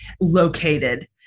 located